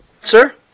Sir